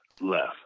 left